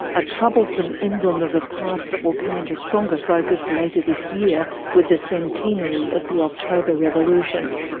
a troublesome emblem of a past that will come into stronger focus later this year with the centenary of the october revolution.